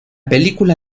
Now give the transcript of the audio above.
película